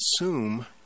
assume